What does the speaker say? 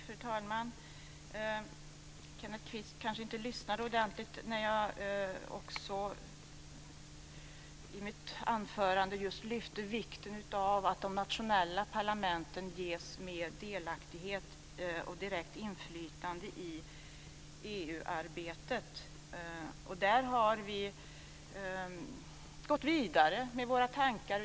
Fru talman! Kenneth Kvist kanske inte lyssnade ordentligt när jag i mitt anförande lyfte fram just vikten av att de nationella parlamenten ges mer delaktighet och direkt inflytande i EU-arbetet. Där har vi gått vidare med våra tankar.